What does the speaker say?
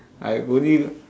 I've only